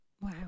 Wow